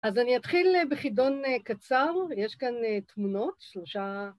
אז אני אתחיל בחידון קצר, יש כאן תמונות, שלושה...